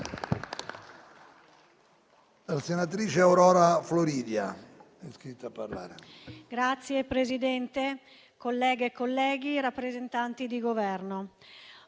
Signor Presidente, colleghe e colleghi, rappresentanti del Governo,